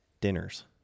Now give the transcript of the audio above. dinners